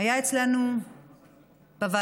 היה אצלנו בוועדה,